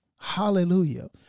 Hallelujah